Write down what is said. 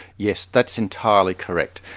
yes, that's entirely correct.